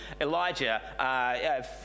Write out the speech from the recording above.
Elijah